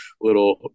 little